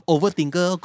Overthinker